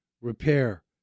Repair